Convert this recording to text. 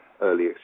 early